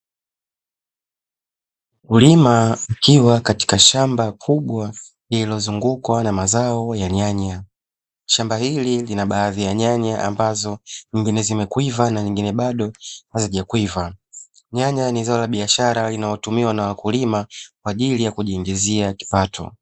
Mkulima akiwa katika shamba kubwa nililozungukwa na mazao ya nyanya, shamba hili lina baadhi ya nyanya ambazo nyingine zimekwiva na nyingine bado hazijakwiva, nyanya ni zao la biashara linaotumiwa na wakulima kwaajili ya kujiingizia kipato.